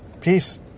peace